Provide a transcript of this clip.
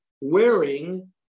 wearing